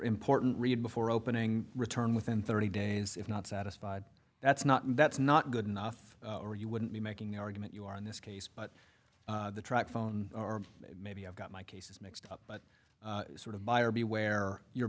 important read before opening return within thirty days if not satisfied that's not that's not good enough or you wouldn't be making the argument you are in this case but the truck phone or maybe i've got my cases mixed up but sort of buyer beware you